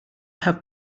have